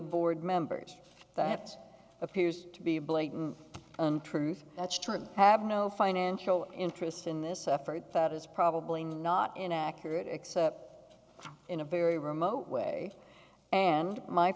board members that have it appears to be a blatant untruth that's true i have no financial interest in this effort that is probably not an accurate except in a very remote way and my